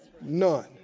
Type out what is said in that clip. none